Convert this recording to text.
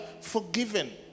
forgiven